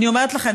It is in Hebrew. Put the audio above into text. אני אומרת לכם,